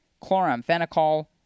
chloramphenicol